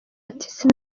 ati